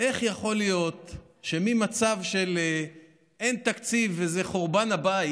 איך יכול להיות שממצב של "אין תקציב וזה חורבן הבית"